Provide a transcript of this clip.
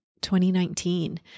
2019